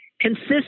consists